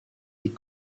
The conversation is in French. les